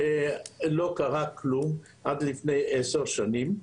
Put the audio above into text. לא קרה דבר עד לפני 10 שנים.